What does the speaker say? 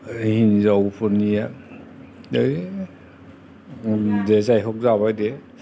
बै हिनजाव फोरनिया है जायहख जाबाय दे